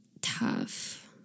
tough